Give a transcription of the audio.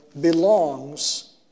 belongs